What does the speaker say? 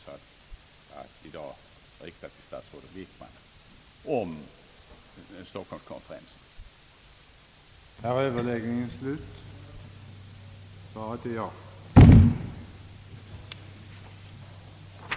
Efter det överläggningen förklarats härmed slutad, yttrade herr förste vice talmannen, att med anledning av vad därunder yrkats propositioner komme att framställas först särskilt beträffande det avsnitt i utskottets yttrande, som å sid. 7 i det tryckta utlåtandet började med orden »När utskottet sammanfattar» och å sid. 8 slutade med »och lätta kreditåtstramningen.» samt «därefter särskilt rörande utskottets yttrande i punkten i övrigt.